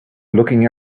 looking